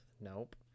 nope